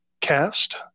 cast